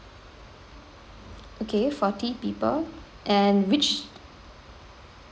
okay forty people and which